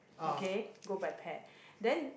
okay go by pair then